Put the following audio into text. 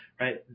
right